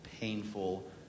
painful